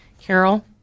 Carol